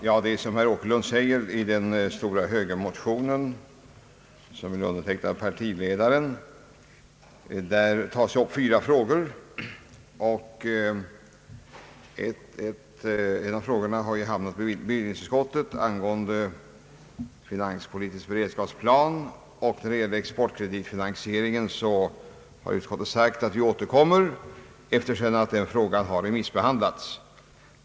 Herr talman! Som herr Åkerlund sade tar moderata samlingspartiets stora motion, som är undertecknad även av partiledaren, upp fyra frågor. En av dem har hänvisats till bevillningsutskottet, nämligen frågan om en finanspolitisk beredskapsplan. En annan fråga — den som gäller en översyn av exportkreditfinansieringen — avser bankoutskottet att återkomma till sedan frågan har remissbehandlats.